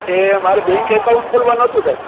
એ મારે bank account ખોલવાનું હતું સાહેબ